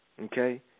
Okay